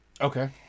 Okay